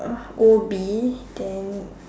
uh O_B then